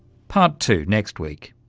part two next week.